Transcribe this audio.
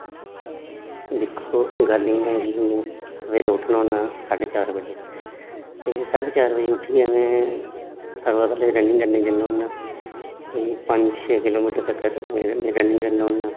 दिक्खो गल्ल इ'यां ऐ में सवेरे उट्ठना होन्नां साड्ढे चार बजे ते साड्ढे चार बजे उट्ठियै में सारे कोला पैह्लें रनिंग करने गी जन्ना होन्नां कोई पंज छे किलो मीटर तकर में रनिंग करना होन्नां